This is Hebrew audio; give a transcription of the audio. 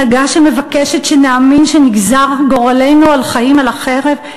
הנהגה שמבקשת שנאמין שנגזר גורלנו לחיים על החרב,